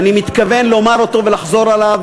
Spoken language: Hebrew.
ואני מתכוון לומר אותו ולחזור עליו,